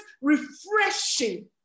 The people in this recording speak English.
refreshing